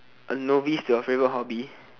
a novice to your favourite hobby